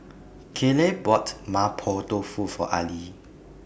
Kayleigh bought Mapo Tofu For Arlie